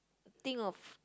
think of